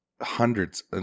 Hundreds